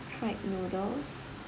fried noodles